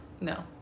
no